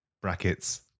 brackets